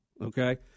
okay